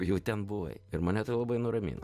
jau ten buvai ir mane labai nuramino